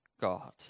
God